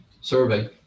survey